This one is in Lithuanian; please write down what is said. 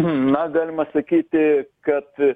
na galima sakyti kad